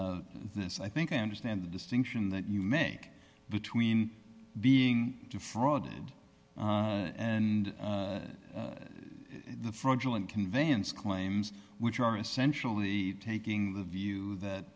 this i think i understand the distinction that you make between being defrauded and the fraudulent conveyance claims which are essentially taking the view that